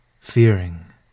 Fearing